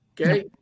Okay